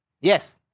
Yes